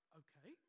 okay